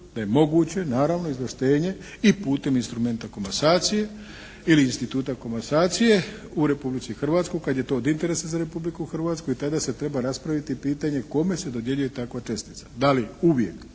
da je moguće naravno izvlaštenje i putem instrumenta komasacije ili instituta komasacije u Republici Hrvatskoj kad je to od interesa za Republiku Hrvatsku i tada se treba raspraviti pitanje kome se dodjeljuje takva čestica, da li uvijek